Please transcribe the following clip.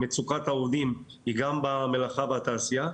מצוקת העובדים היא גם במלאכה והתעשייה,